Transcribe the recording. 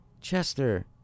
Chester